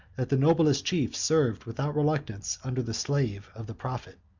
that the noblest chiefs served without reluctance under the slave of the prophet.